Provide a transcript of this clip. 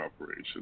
operation